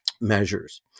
measures